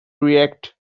react